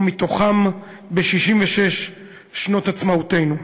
ומתוכן ב-66 שנות עצמאותנו.